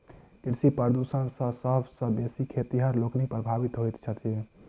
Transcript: कृषि प्रदूषण सॅ सभ सॅ बेसी खेतिहर लोकनि प्रभावित होइत छथि